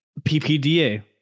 PPDA